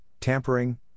tampering